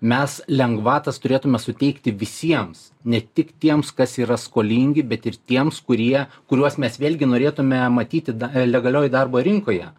mes lengvatas turėtume suteikti visiems ne tik tiems kas yra skolingi bet ir tiems kurie kuriuos mes vėlgi norėtume matyti da legalioj darbo rinkoje